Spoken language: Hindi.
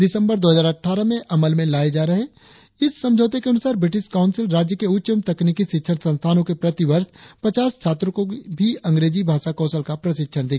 दिसबंर दो हजार अटठारह से अमल में लाये जा रहे इस समझौते के अनुसार ब्रिटिश काउंसिल राज्य के उच्च एवं तकनिकी शिक्षण संस्थानों के प्रति वर्ष पचास छात्रों को भी अंग्रेजी भाषा कौशल का प्रशिक्षण देगी